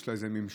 יש לה איזה ממשק